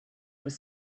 was